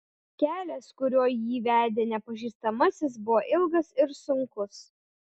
kelias kuriuo jį vedė nepažįstamasis buvo ilgas ir sunkus